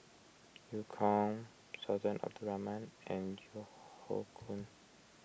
Eu Kong Sultan Abdul Rahman and Keo Hoe Koon